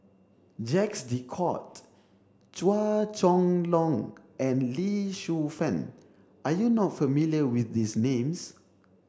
Jacques De Coutre Chua Chong Long and Lee Shu Fen are you not familiar with these names